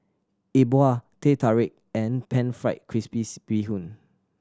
E Bua Teh Tarik and Pan Fried Crispy Bee Hoon